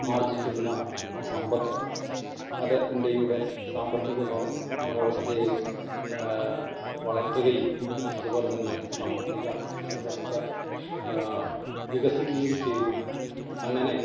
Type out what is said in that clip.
ആർജ്ജിക്കുന്ന സമ്പത്ത് അത് ഇന്ത്യയുടെ സാമ്പത്തിക വ്യവസ്ഥയെ വളർത്തുകയും അത്പോലെ തന്നെ സാമ്പത്തിക വ്യവസ്ഥ വികസിക്കേം ചെയ്തു അങ്ങനെ